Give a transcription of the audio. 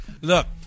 look